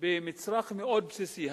כאן במצרך מאוד בסיסי,